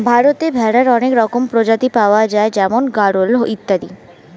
ভারতে ভেড়ার অনেক রকমের প্রজাতি পাওয়া যায় যেমন গাড়ল ইত্যাদি